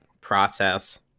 process